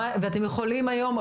ואתם יכולים היום,